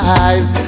eyes